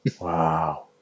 wow